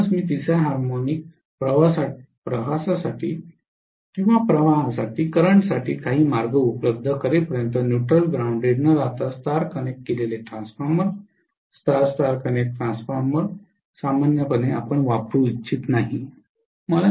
म्हणूनच मी तिसर्या हार्मोनिक प्रवाहासाठी काही मार्ग उपलब्ध करेपर्यंत न्यूट्ल ग्राऊंडेड न राहता स्टार कनेक्ट केलेले transformer star star connect transformer सामान्यपणे वापरू इच्छित नाही